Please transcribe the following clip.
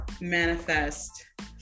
Manifest